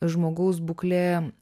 žmogaus būklė